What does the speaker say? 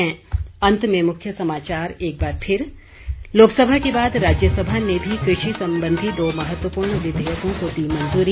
अंत में मुख्य समाचार एक बार फिर लोकसभा के बाद राज्यसभा ने भी कृषि संबंधी दो महत्वपूर्ण विधेयकों को दी मंजूरी